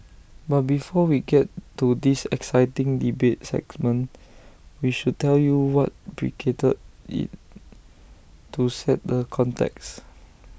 but before we get to this exciting debate segment we should tell you what preceded IT to set the context